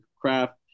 craft